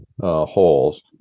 holes